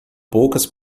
poucas